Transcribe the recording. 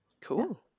Cool